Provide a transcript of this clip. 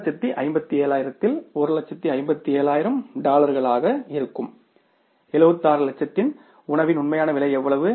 157000 இல் 157000 டாலர்களாக இருக்கும் 76 லட்சத்தில் உணவின் உண்மையான விலை எவ்வளவு